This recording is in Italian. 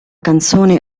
canzone